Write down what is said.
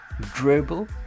Dribble